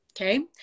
Okay